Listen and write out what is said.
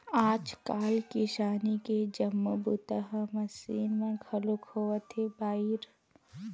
आजकाल किसानी के जम्मो बूता ह मसीन म घलोक होवत हे बइर